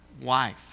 wife